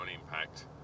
impact